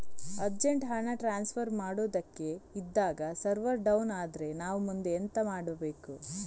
Urgent ಹಣ transfer ಮಾಡೋದಕ್ಕೆ ಇದ್ದಾಗ ಸರ್ವರ್ ಡೌನ್ ಆದರೆ ನಾವು ಮುಂದೆ ಎಂತ ಮಾಡಬೇಕು?